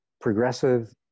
progressive